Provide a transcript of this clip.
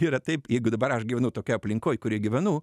yra taip jeigu dabar aš gyvenu tokioj aplinkoj kurioj gyvenu